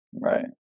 Right